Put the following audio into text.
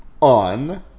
on